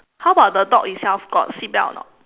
how about the dog itself got seat belt or not